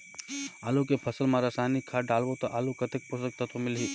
आलू के फसल मा रसायनिक खाद डालबो ता आलू कतेक पोषक तत्व मिलही?